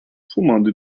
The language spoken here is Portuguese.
fumando